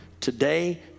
Today